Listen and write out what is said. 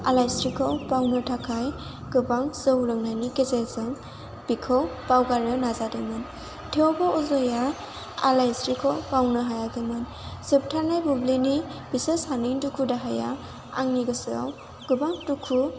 आलायस्रिखौ बावनो थाखाय गोबां जौ लोंनायनि गेजेरजों बिखौ बावगारनो नाजादोंमोन थेवबो अजया आलायस्रिखौ बावनो हायाखैमोन जोबथानाय बुब्लिनि बिसोर सानैनि दुखु दाहाया आंनि गोसोआव गोबां दुखु